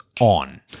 on